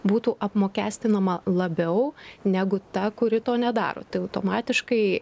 būtų apmokestinama labiau negu ta kuri to nedaro tai automatiškai